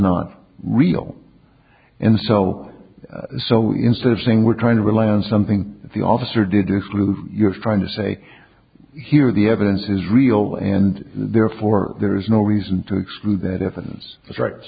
not real and so so instead of saying we're trying to rely on something the officer did exclude you're trying to say here the evidence is real and therefore there is no reason to exclude that